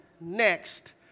next